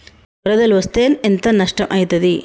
వరదలు వస్తే ఎంత నష్టం ఐతది?